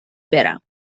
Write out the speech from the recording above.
بروم